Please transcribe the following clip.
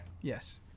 Yes